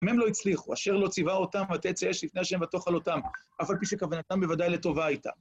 אם הם לא הצליחו, אשר לא ציווה אותם ותצא האש לפני השם ותאכל אותם, אף על פי שכוונתם בוודאי לטובה איתם.